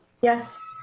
Yes